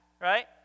Right